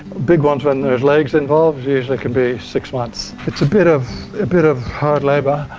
big ones when there's legs involved it usually can be six months. it's a bit of, a bit of hard labour.